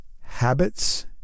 habits